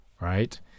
right